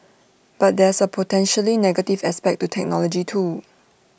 but there's potentially negative aspect to technology too